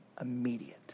immediate